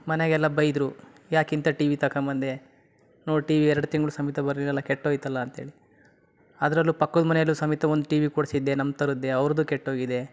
ಮನೆಗೆಲ್ಲ ಬೈದರು ಯಾಕೆ ಇಂಥ ಟಿ ವಿ ತಗಂಬಂದೆ ನೋಡು ಟಿ ವಿ ಎರಡು ತಿಂಗಳು ಸಮೇತ ಬಲ್ಲಲ್ಲ ಕೆಟ್ಟೋಯ್ತಲ್ಲ ಅಂತೇಳಿ ಅದರಲ್ಲೂ ಪಕ್ಕದ ಮನೇಲ್ಲೂ ಸಮೇತ ಒಂದು ಟಿ ವಿ ಕೊಡಿಸಿದ್ದೆ ನಮ್ಮ ಥರದ್ದೆ ಅವ್ರದ್ದೂ ಕೆಟ್ಟು ಹೋಗಿದೆ